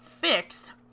fixed